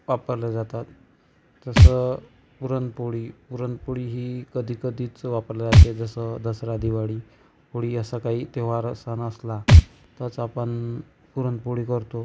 वापरल्या जातात जसं पुरणपोळी पुरणपोळी ही कधीकधीच वापरल्या जाते जसं दसरा दिवाळी होळी असा काही त्योहार सण असला तरच आपण पुरणपोळी करतो